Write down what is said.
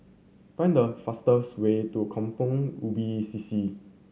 find the fastest way to Kampong Ubi C C